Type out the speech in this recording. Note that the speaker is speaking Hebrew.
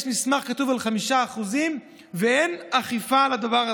יש מסמך כתוב על 5%, ואין אכיפה של הדבר הזה.